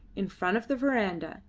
in front of the verandah,